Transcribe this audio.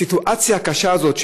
הסיטואציה הקשה הזאת,